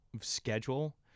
schedule